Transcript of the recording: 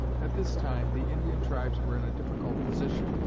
at this time, the indian tribes were in a difficult position.